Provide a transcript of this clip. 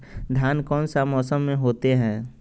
धान कौन सा मौसम में होते है?